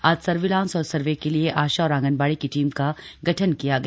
आज सर्विलांस और सर्वे के लिए आशा और आंगनबाड़ी की टीम का गठन किया गया